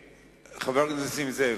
חבר הכנסת נסים זאב,